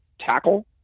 tackle